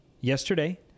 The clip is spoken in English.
Yesterday